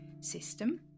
system